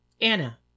Anna